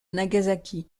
nagasaki